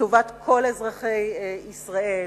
לטובת כל אזרחי ישראל,